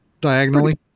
diagonally